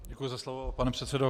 Děkuji za slovo, pane předsedo.